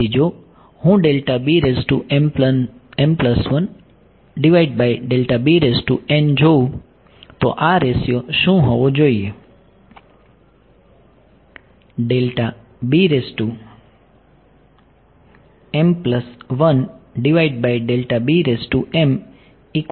તેથી જો હું જોઉં તો આ રેશિયો શું હોવો જોઈએ